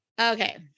Okay